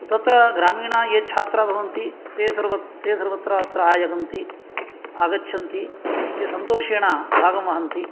तत्र ग्रामीणाः ये छात्रा भवन्ति ते ते सर्वत्र अत्र आगच्छन्ति आगच्छन्ति ते सन्तोषेण भागम् वहन्ति